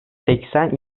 seksen